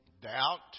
Doubt